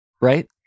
Right